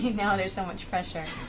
now there's so much pressure.